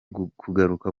kugaruka